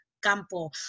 campo